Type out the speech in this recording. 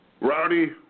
Rowdy